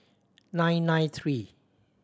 nine nine three